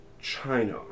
China